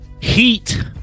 Heat